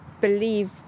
believe